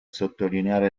sottolineare